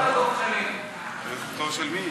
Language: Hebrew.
דב,